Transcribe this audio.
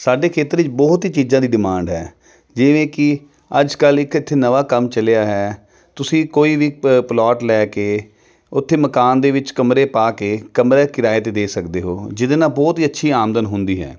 ਸਾਡੇ ਖੇਤਰ ਵਿੱਚ ਬਹੁਤ ਹੀ ਚੀਜ਼ਾਂ ਦੀ ਡਿਮਾਂਡ ਹੈ ਜਿਵੇਂ ਕਿ ਅੱਜ ਕੱਲ੍ਹ ਇੱਕ ਇੱਥੇ ਨਵਾਂ ਕੰਮ ਚੱਲਿਆ ਹੈ ਤੁਸੀਂ ਕੋਈ ਵੀ ਪ ਪਲੋਟ ਲੈ ਕੇ ਉੱਥੇ ਮਕਾਨ ਦੇ ਵਿੱਚ ਕਮਰੇ ਪਾ ਕੇ ਕਮਰੇ ਕਿਰਾਏ 'ਤੇ ਦੇ ਸਕਦੇ ਹੋ ਜਿਹਦੇ ਨਾਲ ਬਹੁਤ ਹੀ ਅੱਛੀ ਆਮਦਨ ਹੁੰਦੀ ਹੈ